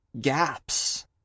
gaps